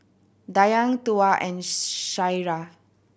Dayang Tuah and Syirah